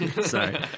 Sorry